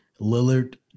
Lillard